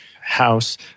house